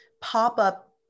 pop-up